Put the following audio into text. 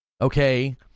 Okay